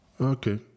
Okay